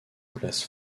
place